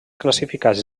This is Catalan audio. classificats